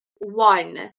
one